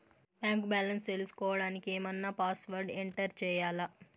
Bank balance తెలుసుకోవడానికి ఏమన్నా password enter చేయాలా?